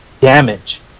damage